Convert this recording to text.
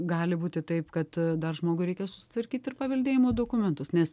gali būti taip kad dar žmogui reikia susitvarkyti ir paveldėjimo dokumentus nes